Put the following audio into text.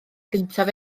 gyntaf